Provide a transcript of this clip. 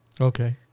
Okay